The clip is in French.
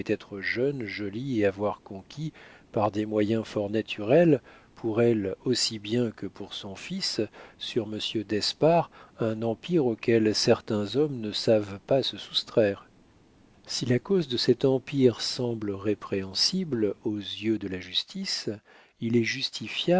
jeune jolie et avoir conquis par des moyens fort naturels pour elle aussi bien que pour son fils sur monsieur d'espard un empire auquel certains hommes ne savent pas se soustraire si la cause de cet empire semble répréhensible aux yeux de la justice il est